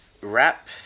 wrap